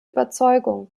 überzeugung